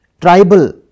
tribal